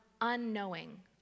unknowing